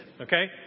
okay